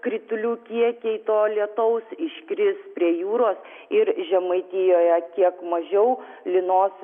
kritulių kiekiai to lietaus iškris prie jūros ir žemaitijoje kiek mažiau lynos